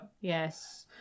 Yes